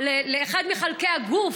לאחד מחלקי הגוף.